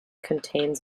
contains